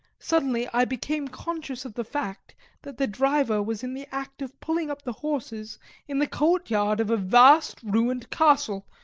suddenly, i became conscious of the fact that the driver was in the act of pulling up the horses in the courtyard of a vast ruined castle,